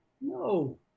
No